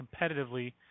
competitively